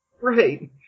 Right